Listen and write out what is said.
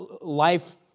life